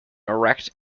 erect